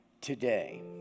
today